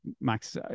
Max